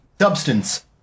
substance